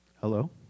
hello